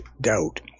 doubt